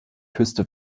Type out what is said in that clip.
küste